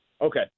Okay